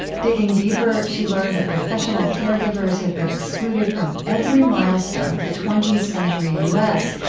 digging deeper, she learned that professional caregivers had been excluded from every milestone of the twentieth century u s.